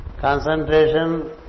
Concentration